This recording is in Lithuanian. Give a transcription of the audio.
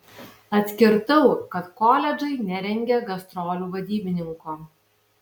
atkirtau kad koledžai nerengia gastrolių vadybininko